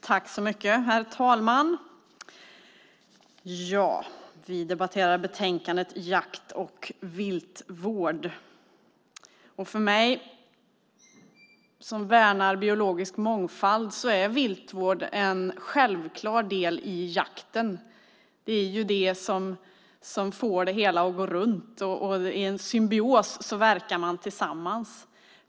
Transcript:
Herr talman! Vi debatterar betänkandet Jakt och viltvård . För mig som värnar biologisk mångfald är viltvård en självklar del i jakten. Det är det som får det hela att gå runt. Man verkar tillsammans i en symbios.